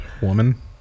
woman